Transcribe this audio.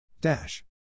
dash